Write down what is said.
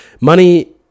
money